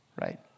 right